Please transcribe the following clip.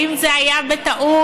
אם זה היה בטעות,